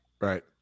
Right